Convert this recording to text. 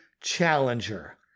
challenger